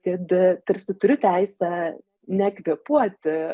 kad tarsi turiu teisę nekvėpuoti